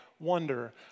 Wonder